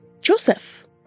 joseph